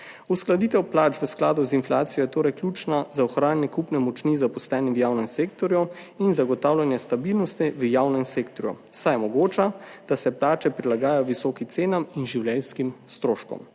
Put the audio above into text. Uskladitev plač v skladu z inflacijo je torej ključna za ohranjanje kupne moči zaposlenih v javnem sektorju in zagotavljanje stabilnosti v javnem sektorju, saj omogoča, da se plače prilagajajo visokim cenam in življenjskim stroškom,